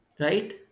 Right